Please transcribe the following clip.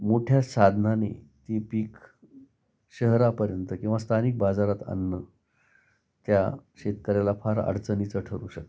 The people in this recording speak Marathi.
मोठ्या साधनाने ती पीक शहरापर्यंत किंवा स्थानिक बाजारात आणणं त्या शेतकऱ्याला फार अडचणीचं ठरू शकतं